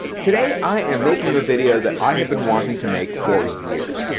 today i am making a video that i have been wanting to make for years.